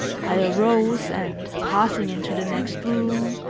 i arose and, passing into the next room,